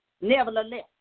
nevertheless